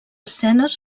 escenes